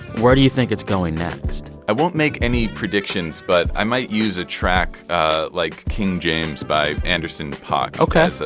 where do you think it's going next? i won't make any predictions. but i might use a track ah like king james by anderson paak. ok. so